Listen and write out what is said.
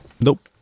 Nope